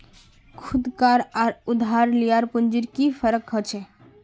खुद कार आर उधार लियार पुंजित की फरक होचे?